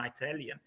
Italian